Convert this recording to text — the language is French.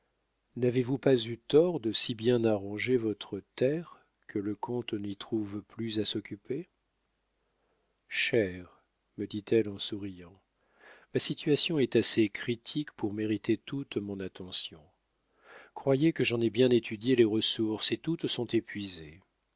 n'avez-vous pas eu tort de si bien arranger votre terre que le comte n'y trouve plus à s'occuper cher me dit-elle en souriant ma situation est assez critique pour mériter toute mon attention croyez que j'en ai bien étudié les ressources et toutes sont épuisées